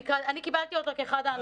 אני קיבלתי כאחד האנשים.